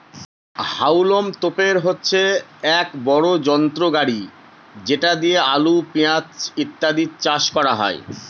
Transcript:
হাউলম তোপের হচ্ছে এক বড় যন্ত্র গাড়ি যেটা দিয়ে আলু, পেঁয়াজ ইত্যাদি চাষ করা হয়